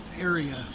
area